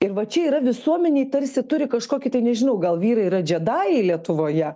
ir va čia yra visuomenėj tarsi turi kažkokį tai nežinau gal vyrai yra džedajai lietuvoje